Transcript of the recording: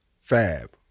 Fab